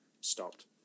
stopped